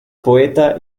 poeta